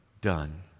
done